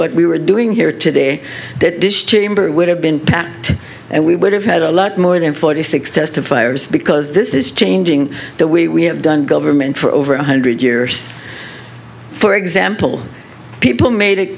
what we were doing here today that this chamber would have been packed and we would have had a lot more than forty six testifiers because this is changing that we have done government for over one hundred years for example people made it